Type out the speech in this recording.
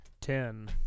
Ten